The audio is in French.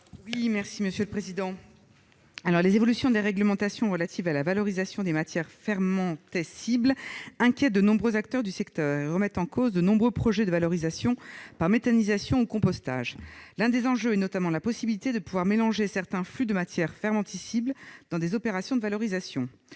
l'amendement n° 231 rectifié . Les évolutions de la réglementation relative à la valorisation des matières fermentescibles inquiètent beaucoup d'acteurs du secteur et remettent en cause nombre de projets de valorisation par méthanisation ou compostage. L'un des enjeux est notamment la possibilité de mélanger certains flux de matières fermentescibles dans des opérations de valorisation.